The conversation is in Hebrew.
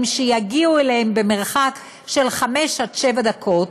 שיגיעו אליהם במרחק של חמש עד שבע דקות,